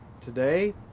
today